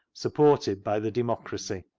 supported by the democracy.